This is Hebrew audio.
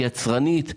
יצרנית,